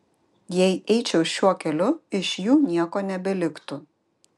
jei eičiau šiuo keliu iš jų nieko nebeliktų